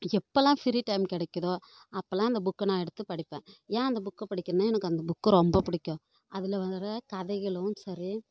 எப்போல்லாம் free time கிடைக்குதோ அப்போலாம் அந்த புக்கை நான் எடுத்து படிப்பேன் ஏன் அந்த புக்கை படிக்கறேன்னா எனக்கு அந்த புக்கு ரொம்ப பிடிக்கும் அதில் வர கதைகளும் சரி